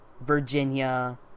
Virginia